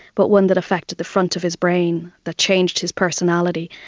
but one that affected the front of his brain that changed his personality,